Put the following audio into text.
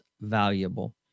valuable